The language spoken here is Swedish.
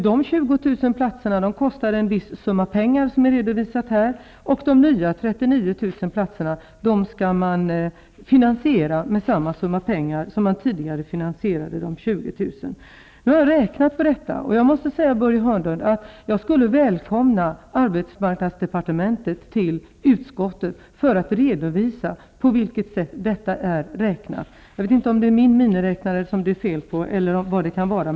De 20 000 platserna kostar en viss summa pengar, som redovisas här. De nya 39 000 platserna skall finansieras med samma summa pengar som man tidigare finansierade de Efter att ha räknat på detta måste jag säga, Börje Hörnlund, att jag gärna välkomnar arbetsmark nadsdepartementet att besöka utskottet för att re dovisa på vilket sätt detta är räknat. Jag vet inte om det är fel på min miniräknare eller om det finns någon annan orsak.